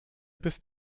bis